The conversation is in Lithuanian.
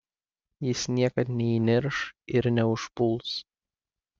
jis niekad neįnirš ir neužpuls